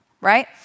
right